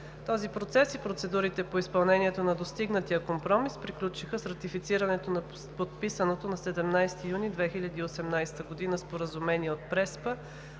Този процес и процедурите по изпълнението на достигнатия компромис приключиха с ратифицирането на подписаното на 17 юни 2018 г. Споразумение от Преспа